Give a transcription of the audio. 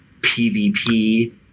PvP